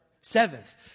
seventh